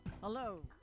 Hello